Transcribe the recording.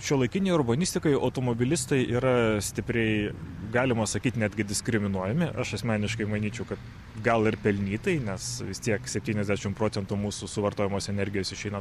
šiuolaikinei urbanistikai automobilistai yra stipriai galima sakyt netgi diskriminuojami aš asmeniškai manyčiau kad gal ir pelnytai nes vis tiek septyniasdešim procentų mūsų suvartojamos energijos išeina